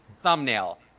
thumbnail